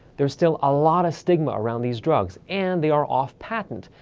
there's still a lot of stigma around these drugs and they are off-patent,